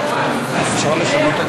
אפשר לשנות את